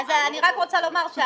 אז אני רק רוצה לומר,